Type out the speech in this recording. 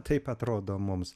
taip atrodo mums